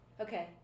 Okay